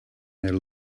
their